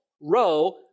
row